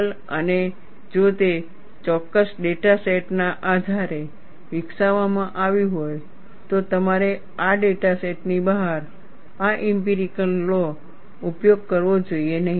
અને જો તે ચોક્કસ ડેટા સેટના આધારે વિકસાવવામાં આવ્યું હોય તો તમારે આ ડેટા સેટની બહાર આ ઇમ્પિરિકલ લૉ નો ઉપયોગ કરવો જોઈએ નહીં